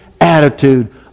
attitude